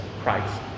Christ